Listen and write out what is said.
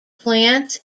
plants